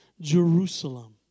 Jerusalem